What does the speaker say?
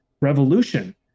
revolution